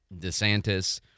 DeSantis